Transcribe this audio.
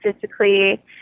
physically